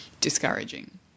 discouraging